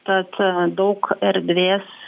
tad daug erdvės